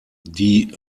die